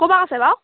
ক'পা কৈছে বাৰু